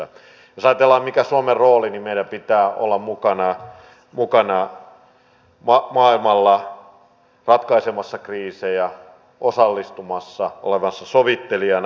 jos ajatellaan mikä on suomen rooli niin meidän pitää olla mukana maailmalla ratkaisemassa kriisejä osallistumassa olemassa sovittelijana